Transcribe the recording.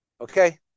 Okay